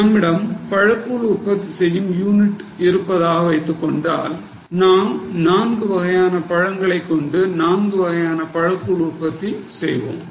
நம்மிடம் பழக்கூழ் உற்பத்தி செய்யும் யூனிட் இருப்பதாக வைத்துக்கொண்டால் நாம் நான்கு வகையான பழங்களை கொண்டு நான்கு வகையான பழக்கூழ் உற்பத்தி செய்வோம்